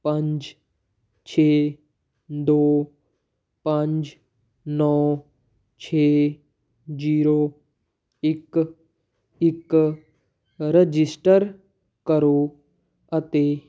ਪੰਜ ਛੇ ਦੋ ਪੰਜ ਨੌ ਛੇ ਜ਼ੀਰੋ ਇੱਕ ਇੱਕ ਰਜਿਸਟਰ ਕਰੋ ਅਤੇ